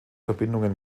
verbindungen